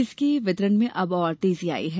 इसके वितरण में अब और तेजी आई है